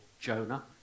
Jonah